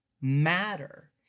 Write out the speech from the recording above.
matter